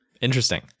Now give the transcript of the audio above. Interesting